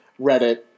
Reddit